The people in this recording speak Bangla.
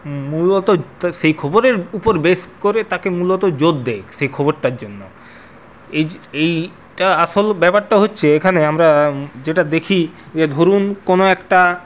মূলত সেই খবরের উপর বেস করে তাকে মূলত জোর দেয় সে খবরটার জন্য এই এইটা আসল ব্যাপারটা হচ্ছে এখানে আমরা যেটা দেখি যে ধরুণ কোনও একটা